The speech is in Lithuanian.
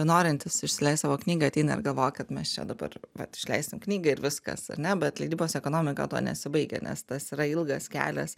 norintys išsileist savo knygą ateina ir galvoja kad mes čia dabar vat išleisim knygą ir viskas ar ne bet leidybos ekonomika tuo nesibaigia nes tas yra ilgas kelias